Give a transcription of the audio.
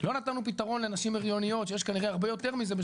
לא נתנו פתרון לנשים הריוניות שיש כנראה הרבה יותר מזה,